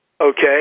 okay